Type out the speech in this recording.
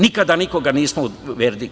Nikada nikoga nismo uvredili.